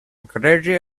crazy